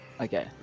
Okay